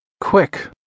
Quick